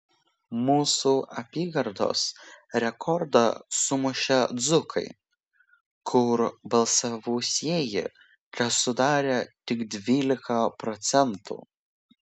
mūsų apygardos rekordą sumušė dzūkai kur balsavusieji tesudarė tik dvylika procentų